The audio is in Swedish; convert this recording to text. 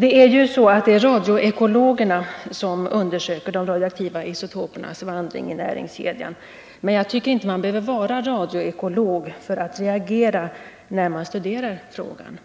Det är ju så att det är radioekologerna som undersöker de radioaktiva isotopernas vandring i näringskedjan, men jag tycker inte att man behöver vara radioekolog för att reagera när man studerar frågan.